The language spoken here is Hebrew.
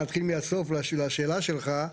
נתחיל מהסוף לשאלה שלך,